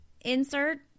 insert